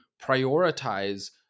prioritize